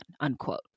unquote